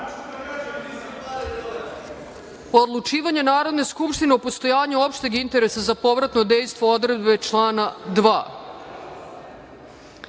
poslanika. Odlučivanje Narodne skupštine o postojanju opšteg interesa za povratno dejstvo odredbe člana